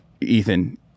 Ethan